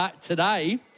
today